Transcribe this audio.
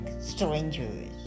strangers